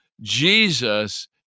Jesus